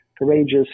courageous